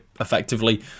effectively